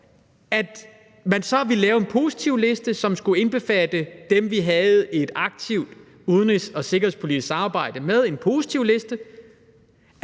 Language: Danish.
op ad, så ville man lave en positivliste, som skulle indbefatte dem, vi havde et aktivt udenrigs- og sikkerhedspolitisk samarbejde med. Det ville